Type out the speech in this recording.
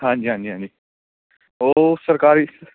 ਹਾਂਜੀ ਹਾਂਜੀ ਹਾਂਜੀ ਉਹ ਸਰਕਾਰੀ